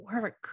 work